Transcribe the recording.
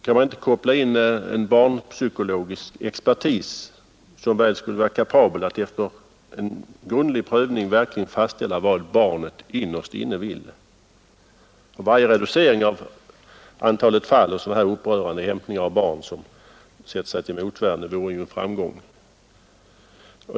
Kan man inte koppla in en barnpsykologisk expertis som väl skulle vara kapabel att efter en grundlig prövning verkligen fastställa vad barnet innerst inne vill. Varje reducering av antalet fall med sådan här upprörande hämtning av barn som sätter sig till motvärn vore ju en framgång.